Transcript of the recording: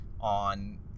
on